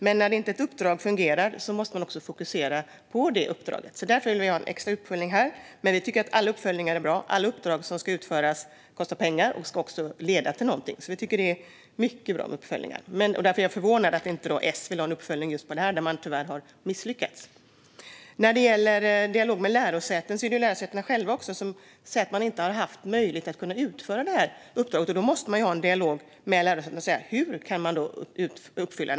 Men när ett uppdrag inte fungerar måste man fokusera på det uppdraget. Därför vill vi ha en extra uppföljning här, men vi tycker att all uppföljning är bra. Alla uppdrag som ska utföras kostar pengar och ska också leda till något. Vi tycker alltså att det är mycket bra med uppföljningar. Därför är jag förvånad över att S inte vill ha en uppföljning av just detta, där man tyvärr har misslyckats. När det gäller dialog med lärosäten säger lärosätena själva att de inte har haft möjlighet att utföra detta uppdrag. Då måste man ha en dialog med lärosätena och fråga hur kraven kan uppfyllas.